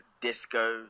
disco